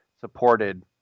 supported